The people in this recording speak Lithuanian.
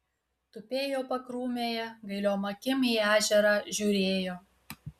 tupėjo pakrūmėje gailiom akim į ežerą žiūrėjo